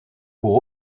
pour